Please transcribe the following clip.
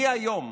מי היום